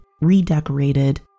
redecorated